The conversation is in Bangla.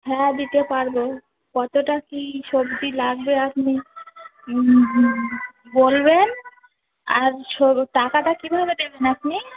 হ্যাঁ দিতে পারবো কতোটা কী সবজি লাগবে আপনি হুম হুম বলবেন আর স টাকাটা কীভাবে দেবেন আপনি